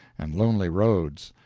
and lonely roads,